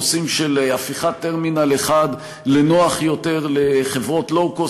נושאים של הפיכת טרמינל 1 לנוח יותר לחברות low-cost.